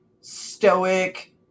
stoic